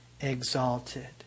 exalted